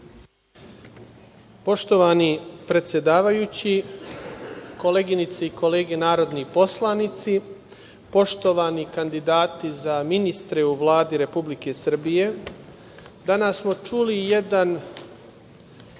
Poštovani predsedavajući, koleginice i kolege narodni poslanici, poštovani kandidati za ministre u Vladi Republike Srbije, danas smo čuli jedan